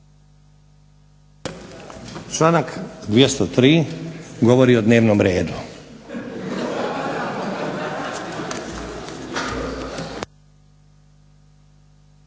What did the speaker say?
Članak 203. govori o dnevnom redu.